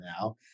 now